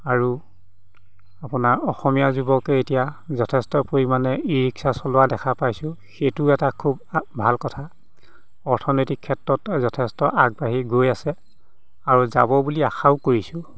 আৰু আপোনাৰ অসমীয়া যুৱকে এতিয়া যথেষ্ট পৰিমাণে ই ৰিক্সা চলোৱা দেখা পাইছো সেইটো এটা খুব ভা ভাল কথা অৰ্থনীতিক ক্ষেত্ৰত যথেষ্ট আগবাঢ়ি গৈ আছে আৰু যাব বুলি আশাও কৰিছো